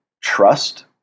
trust